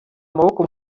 amaboko